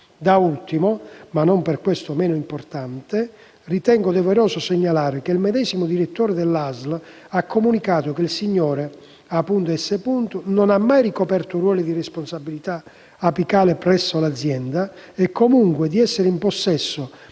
Da ultimo, ma non per questo meno importante, ritengo doveroso segnalare che il medesimo direttore dell'ASL ha comunicato che il signor A. S. non ha mai ricoperto ruoli di responsabilità apicale presso l'azienda e comunque di essere in possesso